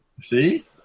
See